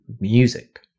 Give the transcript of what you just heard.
music